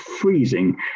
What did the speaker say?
freezing